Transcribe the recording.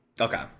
Okay